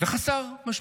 וחסר משמעות.